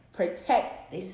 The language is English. Protect